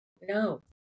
No